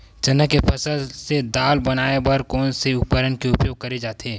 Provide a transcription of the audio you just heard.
चना के फसल से दाल बनाये बर कोन से उपकरण के उपयोग करे जाथे?